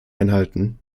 einhalten